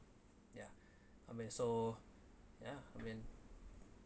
ya I mean so ya I mean